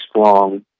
strong